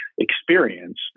experience